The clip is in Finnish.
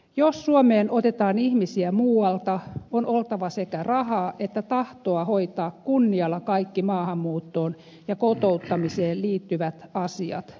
jos suomeen otetaan ihmisiä muualta on oltava sekä rahaa että tahtoa hoitaa kunnialla kaikki maahanmuuttoon ja kotouttamiseen liittyvät asiat